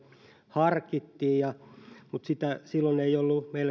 harkittiin mutta silloin ei meillä ollut